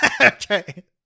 Okay